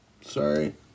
Sorry